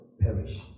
Perish